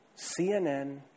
CNN